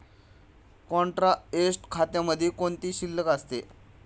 Contra asset खात्यामध्ये कोणती शिल्लक असते?